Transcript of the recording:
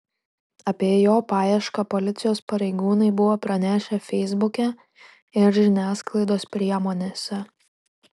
apie jo paiešką policijos pareigūnai buvo pranešę feisbuke ir žiniasklaidos priemonėse